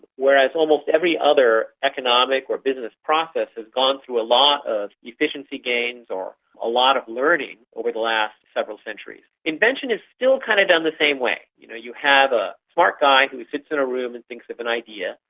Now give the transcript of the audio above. whereas almost every other economic or business process has gone through a lot of efficiency gains or a lot of learning over the last several centuries. invention is still kind of done the same way. you know, you have a smart guy who sits in a room and thinks an idea,